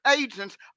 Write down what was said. agents